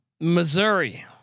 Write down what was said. Missouri